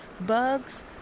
bugs